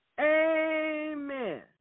Amen